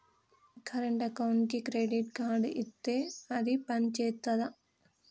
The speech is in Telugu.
కరెంట్ అకౌంట్కి క్రెడిట్ కార్డ్ ఇత్తే అది పని చేత్తదా?